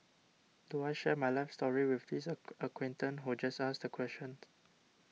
do I share my life story with this a acquaintance who just asked the question